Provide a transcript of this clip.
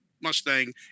Mustang